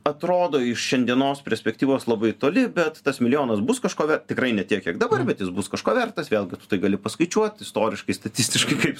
atrodo iš šiandienos perspektyvos labai toli bet tas milijonas bus kažko ver tikrai ne tiek kiek dabar bet jis bus kažko vertas vėlgi tu tai gali paskaičiuoti istoriškai statistiškai kaip